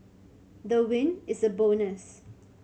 the win is a bonus